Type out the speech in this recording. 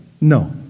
No